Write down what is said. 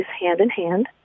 hand-in-hand